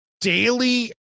daily